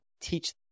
teach